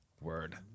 word